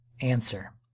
Answer